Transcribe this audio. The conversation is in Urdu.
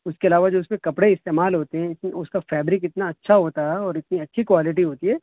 اس کے علاوہ جو اس میں کپڑے استعمال ہوتے ہیں اس کا فیبرک اتنا اچھا ہوتا ہے اور اتنی اچھی کوالٹی ہوتی ہے